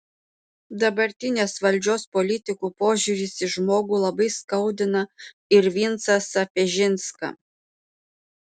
dabartinės valdžios politikų požiūris į žmogų labai skaudina ir vincą sapežinską